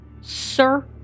sir